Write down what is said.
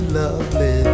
lovely